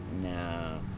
No